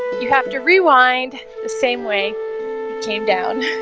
you have to rewind the same way came down